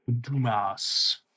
Dumas